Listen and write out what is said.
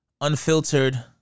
Unfiltered